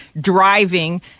driving